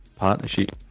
partnership